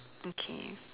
okay